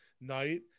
night